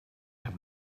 have